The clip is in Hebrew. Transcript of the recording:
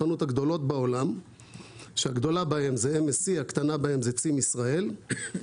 בעולם שהגדולה בהן היא MSE והקטנה בהם היא "צים ישראל",